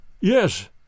Yes